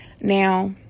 now